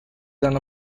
than